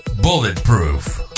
bulletproof